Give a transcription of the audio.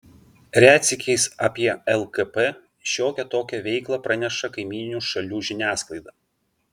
retsykiais apie lkp šiokią tokią veiklą praneša kaimyninių šalių žiniasklaida